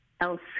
else